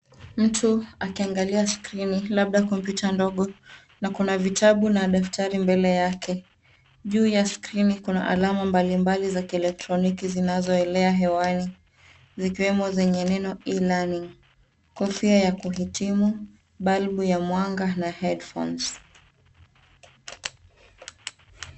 Mtu, akiangalia skrini, labda kompyuta ndogo, na kuna vitabu na daftari mbele yake. Juu ya skrini, kuna alama mbalimbali za kieletroniki zinazoelea hewani, zikiwemo zenye neno e-learning , kofia ya kuhitimu, bulb ya mwanga, na headphones .